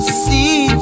see